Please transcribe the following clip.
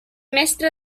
mestre